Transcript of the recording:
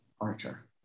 Archer